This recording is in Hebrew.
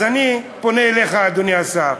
אז אני פונה אליך, אדוני השר,